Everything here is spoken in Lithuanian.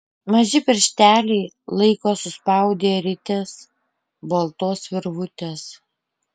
maži piršteliai laiko suspaudę rites baltos virvutės